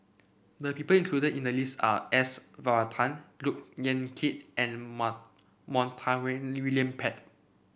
the people included in the list are S Varathan Look Yan Kit and mar Montague William Pett